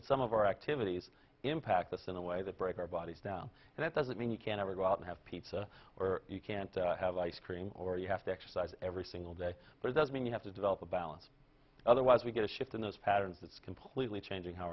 that some of our activities impact us in a way that break our bodies down and it doesn't mean you can never go out and have pizza or you can't have ice cream or you have to exercise every single day but it does mean you have to develop a balance otherwise we get a shift in those patterns that's completely changing how